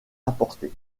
apportée